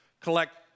Collect